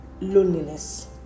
loneliness